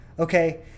Okay